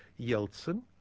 Yeltsin